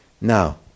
Now